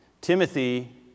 Timothy